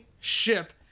ship